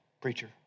preacher